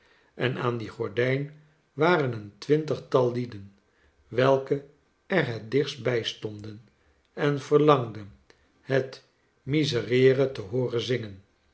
en aan die gordijn waren eentwintigtal lieden welke er het dichtst bij stonden en verlangden het miserere te hooren zingen